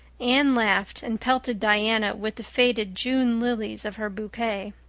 anne laughed and pelted diana with the faded june lilies of her bouquet.